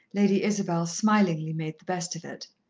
lady isabel smilingly made the best of it.